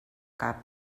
cap